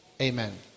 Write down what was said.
Amen